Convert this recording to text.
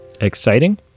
exciting